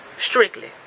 Strictly